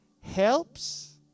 helps